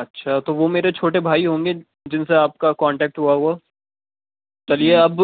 اچھا تو وہ میرے چھوٹے بھائی ہوں گے جن سے آپ کا کانٹیکٹ ہوا ہوا چلیے اب